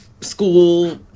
school